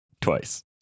twice